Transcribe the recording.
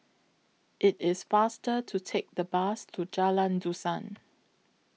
IT IS faster to Take The Bus to Jalan Dusan